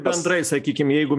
bendrai sakykim jeigu